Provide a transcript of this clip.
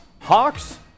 Hawks